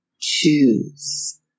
choose